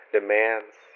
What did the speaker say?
Demands